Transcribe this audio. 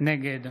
נגד